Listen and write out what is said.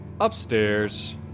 upstairs